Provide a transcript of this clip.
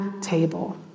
table